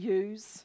use